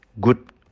good